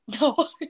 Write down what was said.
No